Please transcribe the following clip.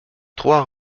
trois